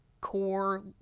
core